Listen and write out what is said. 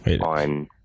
on